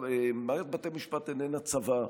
מערכת בתי המשפט איננה צבא,